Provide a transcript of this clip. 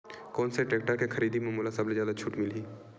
कोन से टेक्टर के खरीदी म मोला सबले जादा छुट मिलही?